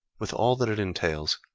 with all that it entails,